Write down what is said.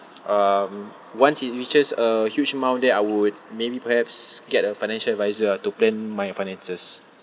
um once it reaches a huge amount then I would maybe perhaps get a financial advisor ah to plan my finances